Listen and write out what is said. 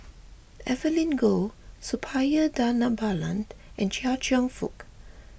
Evelyn Goh Suppiah Dhanabalan and Chia Cheong Fook